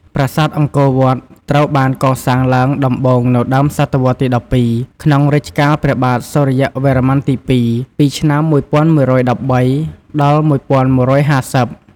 ប្រាសាទអង្គរវត្ត ត្រូវបានកសាងឡើងដំបូងនៅដើមសតវត្សរ៍ទី១២ ក្នុងរជ្ជកាលព្រះបាទសូរ្យវរ្ម័នទី២ ពីឆ្នាំ ១១១៣ ដល់ ១១៥០។